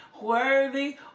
Worthy